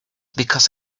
because